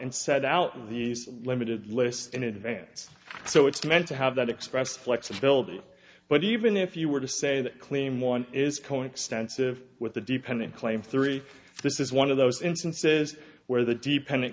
and set out these limited lists in advance so it's meant to have that express flexibility but even if you were to say that claim one is coextensive with the dependent claim three this is one of those instances where the deep